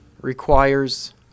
requires